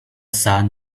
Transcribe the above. sun